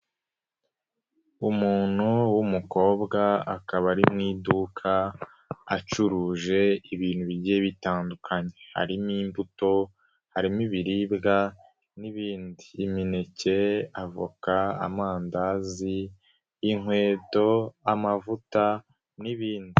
Umuntu w'umukobwa akaba ari mu iduka acuruje ibintu bigiye bitandukanye, harimo imbuto, harimo ibiribwa n'ibindi, imineke, avoka, amandazi, inkweto, amavuta n'ibindi.